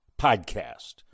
podcast